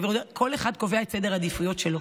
כל אחד קובע את סדר העדיפויות שלו.